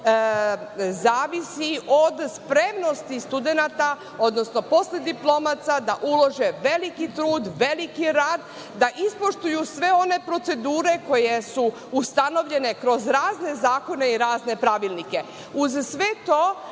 zavisi od spremnosti studenata, odnosno posle diplomaca da ulože veliki trud, veliki rad da ispoštuju sve one procedure koje su ustanovljene kroz razne zakone i razne pravilnike. Uz sve to